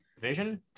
Vision